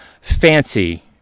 fancy